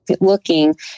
looking